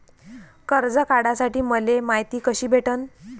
कर्ज काढासाठी मले मायती कशी भेटन?